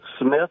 Smith &